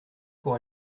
pour